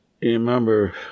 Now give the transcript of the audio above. remember